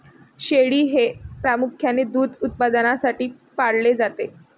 शेळी हे प्रामुख्याने दूध उत्पादनासाठी पाळले जाते